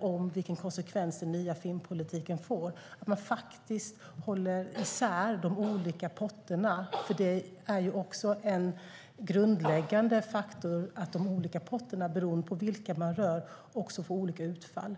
om vilken konsekvens den nya filmpolitiken får att man faktiskt håller isär de olika potterna. Det är också en grundläggande faktor att de olika potterna, beroende på vilka man rör, också får olika utfall.